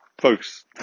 Folks